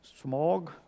Smog